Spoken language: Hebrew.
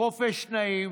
חופש נעים.